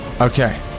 okay